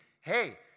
hey